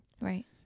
right